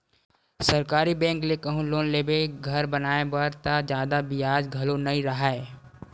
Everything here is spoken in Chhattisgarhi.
सरकारी बेंक ले कहूँ लोन लेबे घर बनाए बर त जादा बियाज घलो नइ राहय